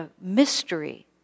mystery